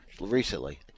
recently